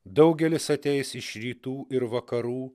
daugelis ateis iš rytų ir vakarų